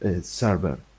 server